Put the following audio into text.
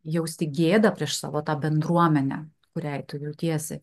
jausti gėdą prieš savo tą bendruomenę kuriai tu jautiesi